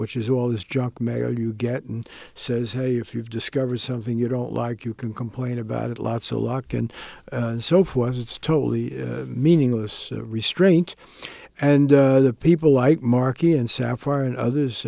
which is all this junk mail you get and says hey if you discover something you don't like you can complain about it lotsa luck and so for us it's totally meaningless restraint and other people like markey and sapphire and others